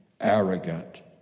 arrogant